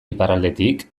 iparraldetik